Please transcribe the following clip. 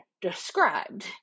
described